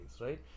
right